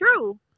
true